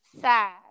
sad